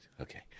Okay